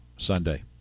Sunday